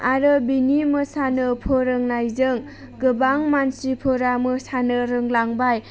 आरो बिनि मोसानो फोरोंनायजों गोबां मानसिफोरा मोसानो रोंलांबाय